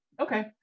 Okay